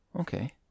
Okay